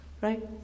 Right